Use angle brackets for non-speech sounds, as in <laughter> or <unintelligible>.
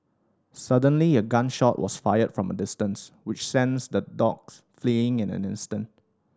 suddenly a gun shot was fired from a distance which <unintelligible> the dogs fleeing in an instant